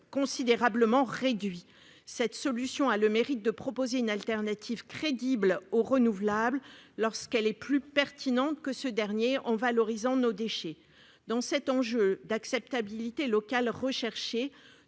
considérablement réduits. Cette solution a le mérite de proposer une alternative crédible au renouvelable, lorsqu'elle est plus pertinente que ce dernier en valorisant nos déchets. Compte tenu de la recherche